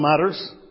matters